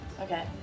Okay